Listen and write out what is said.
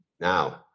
now